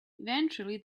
eventually